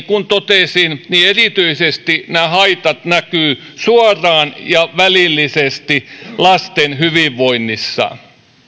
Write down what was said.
kuin totesin erityisesti nämä haitat näkyvät suoraan ja välillisesti lasten hyvinvoinnissa